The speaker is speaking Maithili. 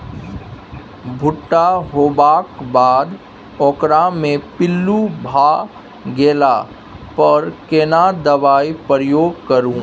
भूट्टा होबाक बाद ओकरा मे पील्लू भ गेला पर केना दबाई प्रयोग करू?